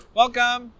welcome